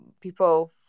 people